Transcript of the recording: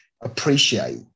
appreciate